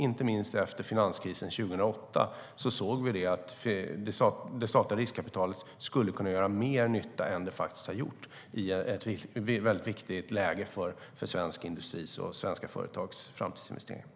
Inte minst efter finanskrisen 2008 såg vi att det statliga riskkapitalet skulle kunna göra mer nytta än det faktiskt har gjort i ett väldigt viktigt läge för svensk industris och svenska företags framtidsinvesteringar.